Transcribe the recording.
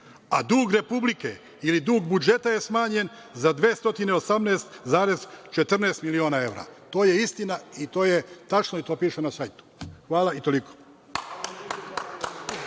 a dug Republike ili dug budžeta je smanjen za 218,14 miliona evra. To je istina, to je tačno i to piše na sajtu. Hvala.